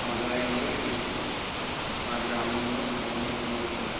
మొదలైనవి మా గ్రామంలో నిర్వహించబడతాయి